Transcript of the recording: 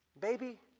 baby